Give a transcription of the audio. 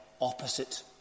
opposite